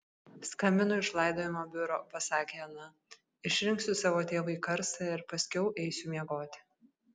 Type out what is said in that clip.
skambinu iš laidojimo biuro pasakė ana išrinksiu savo tėvui karstą ir paskiau eisiu miegoti